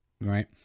right